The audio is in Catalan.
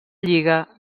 lliga